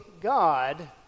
God